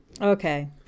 Okay